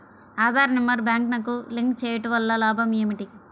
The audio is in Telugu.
ఆధార్ నెంబర్ బ్యాంక్నకు లింక్ చేయుటవల్ల లాభం ఏమిటి?